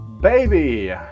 Baby